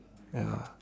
ya